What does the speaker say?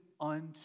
unto